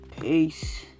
peace